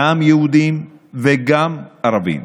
גם יהודים וגם ערבים,